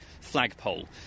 flagpole